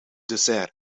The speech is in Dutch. dessert